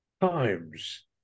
times